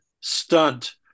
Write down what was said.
stunt